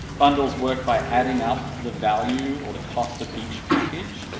bundles work by adding up the value, or the cost of each package,